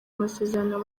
masezerano